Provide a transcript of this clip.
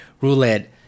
Roulette